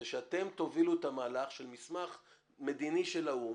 זה שאתם תובילו את המהלך של מסמך מדיני של האו"ם